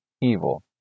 evil